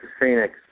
Phoenix